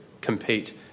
compete